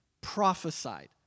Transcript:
prophesied